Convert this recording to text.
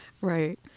right